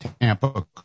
Tampa